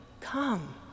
come